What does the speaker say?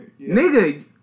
Nigga